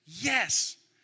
Yes